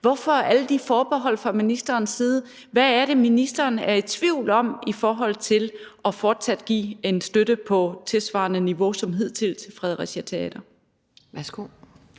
Hvorfor alle de forbehold fra ministerens side? Hvad er det, ministeren er i tvivl om i forhold til fortsat at give en støtte på et tilsvarende niveau som hidtil til Fredericia Teater?